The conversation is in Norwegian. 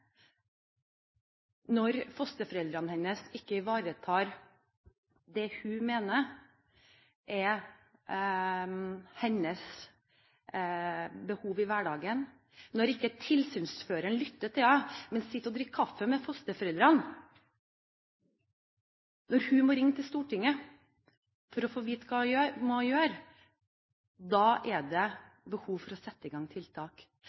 når fosterforeldrene hennes ikke ivaretar det hun mener er hennes behov i hverdagen, når ikke tilsynsføreren lytter til henne, men sitter og drikker kaffe med fosterforeldrene, og hun altså må ringe til Stortinget for å få vite hva hun må gjøre, er det behov for å sette i gang tiltak.